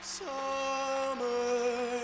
summer